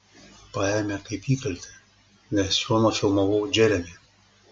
paėmė kaip įkaltį nes juo nufilmavau džeremį